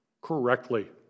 correctly